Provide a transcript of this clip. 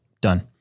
done